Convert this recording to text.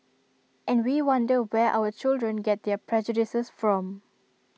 and we wonder where our children get their prejudices from